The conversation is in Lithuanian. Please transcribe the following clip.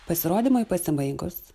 pasirodymui pasibaigus